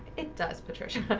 it does patricia.